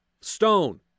stone